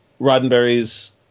Roddenberry's